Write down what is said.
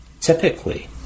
typically